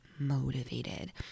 motivated